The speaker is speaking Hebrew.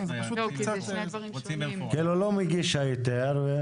כלומר, לא מגיש ההיתר.